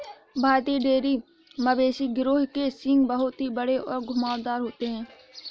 भारतीय डेयरी मवेशी गिरोह के सींग बहुत ही बड़े और घुमावदार होते हैं